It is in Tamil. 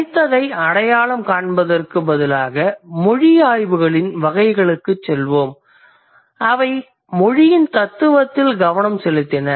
தனித்ததை அடையாளம் காண்பதற்குப் பதிலாக மொழி ஆய்வுகளின் வகைகளைச் சொல்வோம் அவை மொழியின் தத்துவத்தில் கவனம் செலுத்தின